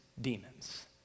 demons